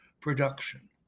production